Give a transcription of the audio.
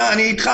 אדום?